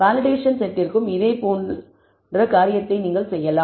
validation செட்டிற்கும் இதேபோன்ற காரியத்தை நீங்கள் செய்யலாம்